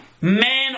man